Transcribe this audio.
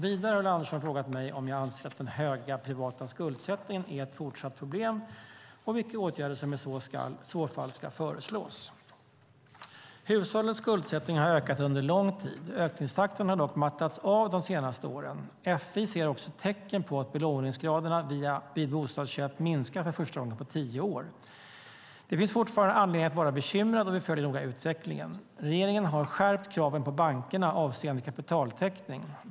Vidare har Ulla Andersson frågat mig om jag anser att den höga privata skuldsättningen är ett fortsatt problem och vilka åtgärder som i så fall ska föreslås. Hushållens skuldsättning har ökat under lång tid. Ökningstakten har dock mattats av de senaste åren. FI ser också tecken på att belåningsgraderna vid bostadsköp minskar för första gången på tio år. Det finns fortfarande anledning att vara bekymrad och vi följer noga utvecklingen. Regeringen har skärpt kraven på bankerna avseende kapitaltäckning.